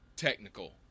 technical